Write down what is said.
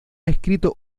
escrito